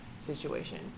situation